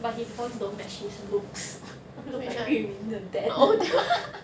but his voice don't match his looks look like yu ming 的 dad